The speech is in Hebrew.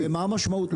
משמעותי מאוד.